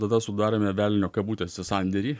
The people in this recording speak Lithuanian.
tada sudarėme velnio kabutėse sandėrį